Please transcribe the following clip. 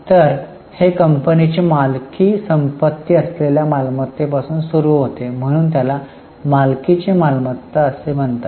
तर हे कंपनीची मालकी संपत्ती असलेल्या मालमत्तेपासून सुरू होते म्हणून त्याला मालकीची मालमत्ता असे म्हणतात